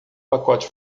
pacote